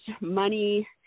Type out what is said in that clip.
money